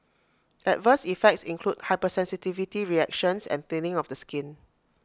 adverse effects include hypersensitivity reactions and thinning of the skin